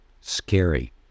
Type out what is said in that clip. scary